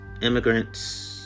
immigrants